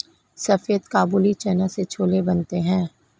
सफेद काबुली चना से छोले बनते हैं